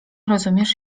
rozumiesz